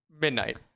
Midnight